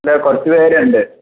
ഇല്ല കുറച്ച് പേരുണ്ട്